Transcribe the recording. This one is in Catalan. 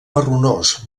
marronós